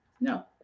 No